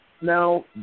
now